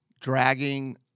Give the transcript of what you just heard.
dragging